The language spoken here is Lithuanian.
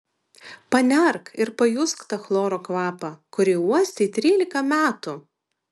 panerk ir pajusk tą chloro kvapą kurį uostei trylika metų